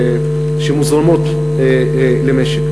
הכנסות שמוזרמות למשק.